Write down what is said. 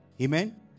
Amen